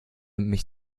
mich